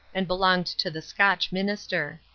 and belonged to the scotch minister.